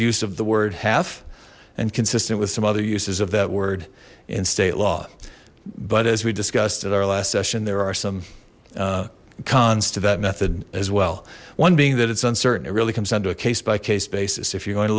use of the word half and consistent with some other uses of that word in state law but as we discussed at our last session there are some cons to that method as well one being that it's uncertain it really comes down to a case by case basis if you're going to